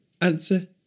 Answer